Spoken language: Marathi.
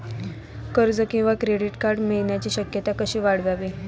कर्ज किंवा क्रेडिट कार्ड मिळण्याची शक्यता कशी वाढवावी?